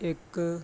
ਇੱਕ